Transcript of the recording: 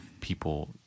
people